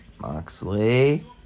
Moxley